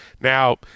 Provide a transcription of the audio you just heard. Now